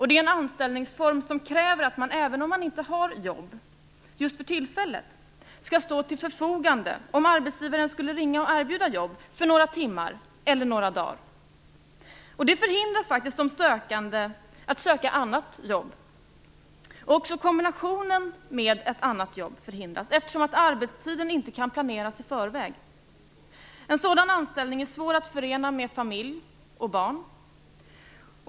Det är anställningsform som kräver att man även om man inte har jobb just för tillfället skall stå till förfogande om arbetsgivaren skulle ringa och erbjuda jobb för några timmar eller några dagar. Det förhindrar faktiskt de sökande att söka annat jobb. Också kombinationen med ett annat jobb förhindras, eftersom arbetstiden inte kan planeras i förväg. En sådan anställning är svår att förena med familj och barn.